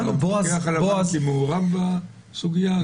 אבל המפקח על הבנקים מעורב בסוגיה הזאת?